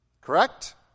Correct